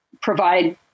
provide